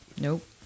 Nope